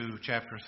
chapter